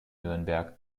nürnberg